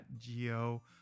Geo